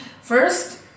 First